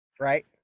right